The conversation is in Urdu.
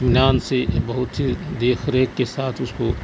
اطمینان سے بہت ہی دیکھ ریکھ کے ساتھ اس کو